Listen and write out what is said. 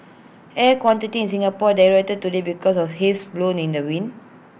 air quantity in Singapore deteriorated today because of haze blown in the wind